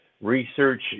research